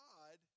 God